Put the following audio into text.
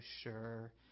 sure